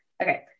Okay